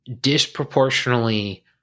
Disproportionately